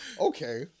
Okay